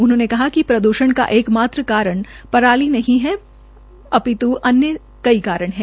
उन्होंने कहा कि प्रद्षण का एक मात्र कारण पराली नहीं है बहुत से अन्य कारण भी है